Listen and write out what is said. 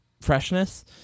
freshness